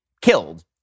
killed